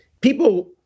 people